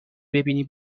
ببینی